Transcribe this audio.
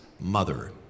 Mother